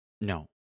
No